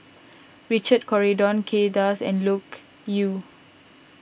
Richard Corridon Kay Das and Loke Yew